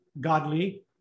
Godly